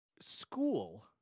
school